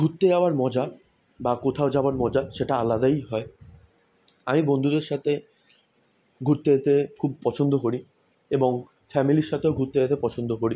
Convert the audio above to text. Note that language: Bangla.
ঘুরতে যাওয়ার মজা বা কোথাও যাওয়ার মজা সেটা আলাদাই হয় আমি বন্ধুদের সাথে ঘুরতে যেতে খুব পছন্দ করি এবং ফ্যামিলির সাথেও ঘুরতে যেতে পছন্দ করি